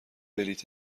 بلیط